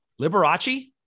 Liberace